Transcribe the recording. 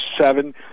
seven